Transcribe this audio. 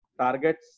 targets